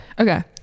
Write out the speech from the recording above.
okay